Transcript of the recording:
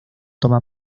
toma